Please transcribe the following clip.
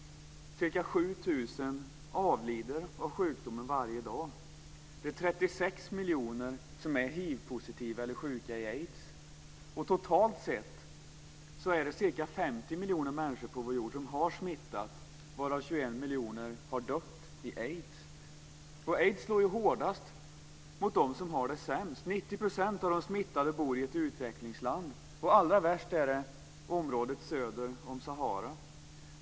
Ca 7 000 människor avlider av sjukdomen varje dag. Det är 36 miljoner som är hivpositiva eller sjuka i aids. Totalt sett är det ca 50 miljoner människor på vår jord som har smittats varav 21 miljoner har dött i aids. Aids slår hårdast mot dem som har det sämst. 90 % av de smittade bor i ett utvecklingsland, och allra värst är det i området söder om Sahara.